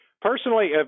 Personally